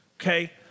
Okay